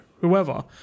whoever